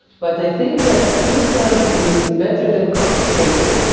but i think that simple is better than complicated,